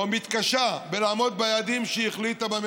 או מתקשה בלעמוד ביעדים שהיא החליטה עליהם